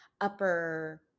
upper